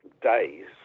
days